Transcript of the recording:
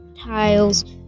tiles